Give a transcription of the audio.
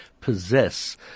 possess